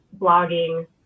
blogging